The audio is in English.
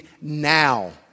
now